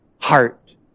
heart